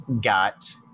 got